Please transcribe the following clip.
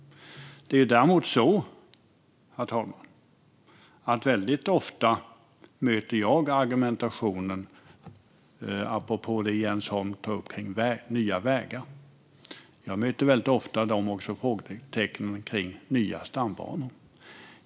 Det är däremot så, apropå det som Jens Holm tar upp kring nya vägar, att jag väldigt ofta också möter frågetecken kring nya stambanor.